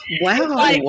wow